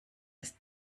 ist